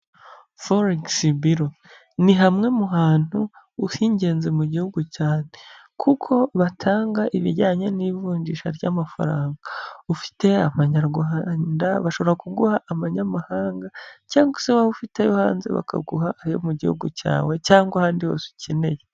Foregisi biro ni hamwe mu hantu h'ingenzi mu gihugu cyane, kuko batanga ibijyanye n'ivunjisha ry'amafaranga, ufite amanyarwanda bashobora kuguha amanyamahanga cyangwa se waba ufiteyo ayo hanze bakaguha ayo mu gihugu cyawe cyangwa ahandi hose ukeneye.